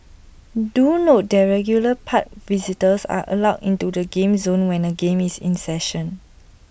do note that regular park visitors are allowed into the game zone when A game is in session